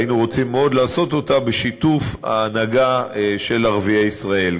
והיינו רוצים מאוד לעשות אותה בשיתוף ההנהגה של ערביי ישראל,